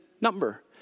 number